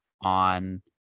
on